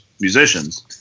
musicians